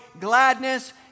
gladness